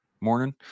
morning